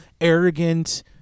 arrogant